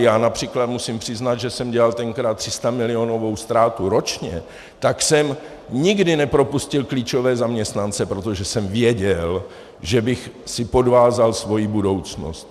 Já například musím přiznat, že jsem dělal tenkrát 300milionovou ztrátu ročně, tak jsem nikdy nepropustil klíčové zaměstnance, protože jsem věděl, že bych si podvázal svoji budoucnost.